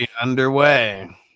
underway